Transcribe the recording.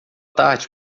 tarde